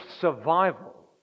survival